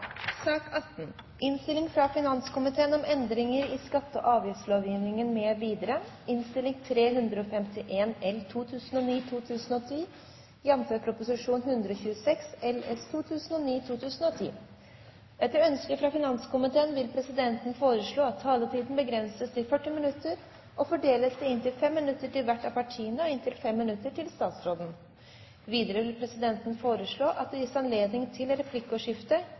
fra finanskomiteen vil presidenten foreslå at taletiden begrenses til 40 minutter og fordeles med inntil 5 minutter til hvert parti og inntil 5 minutter til statsråden. Videre vil presidenten foreslå at det gis anledning replikkordskifte på inntil fem replikker med svar etter innlegget fra statsråden innenfor den fordelte taletid. Videre blir det foreslått at